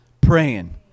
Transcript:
praying